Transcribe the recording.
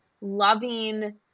loving